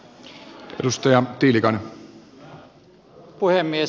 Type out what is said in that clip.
arvoisa puhemies